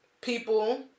people